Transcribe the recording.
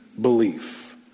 belief